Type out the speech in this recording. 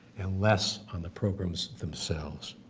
and less on the programs themselves.